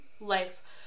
life